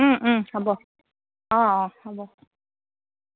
হ'ব অঁ অঁ হ'ব